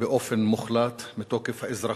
באופן מוחלט, מתוקף האזרחות.